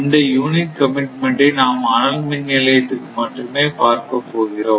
இந்த unit commitment ஐ நாம் அனல் மின் நிலையத்துக்கு மட்டுமே பார்க்கப் போகிறோம்